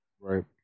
Right